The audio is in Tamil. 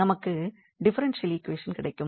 நமக்கு டிஃபரென்ஷியல் ஈக்வேஷன் கிடைக்கும்